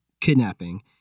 Kidnapping